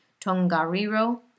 Tongariro